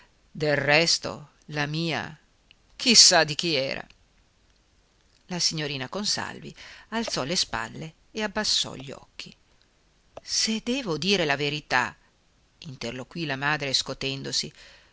del resto la mia chi sa di chi era la signorina consalvi alzò le spalle e abbassò gli occhi se devo dire la verità interloquì la madre scotendosi